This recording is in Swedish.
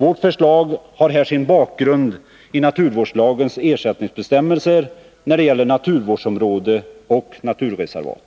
Vårt förslag har sin bakgrund i naturvårdslagens ersättningsbestämmelser när det gäller naturvårdsområde och naturreservat.